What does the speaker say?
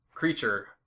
creature